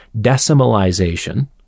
decimalization